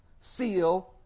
seal